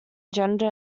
gender